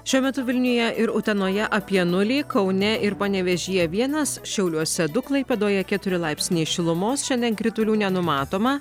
šiuo metu vilniuje ir utenoje apie nulį kaune ir panevėžyje vienas šiauliuose du klaipėdoje keturi laipsniai šilumos šiandien kritulių nenumatoma